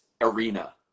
arena